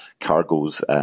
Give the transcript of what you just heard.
cargoes